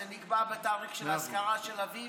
זה נקבע בתאריך של האזכרה של אביו,